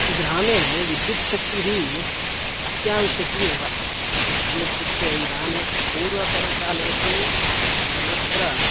ग्रामे विद्युच्छक्तिः अत्यावश्यकी एव किमर्थमित्युक्ते इदानीं पूर्वतनकाले तू सर्वत्र